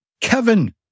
Kevin